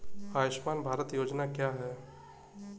आयुष्मान भारत योजना क्या है?